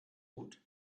gut